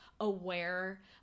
aware